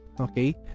Okay